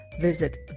visit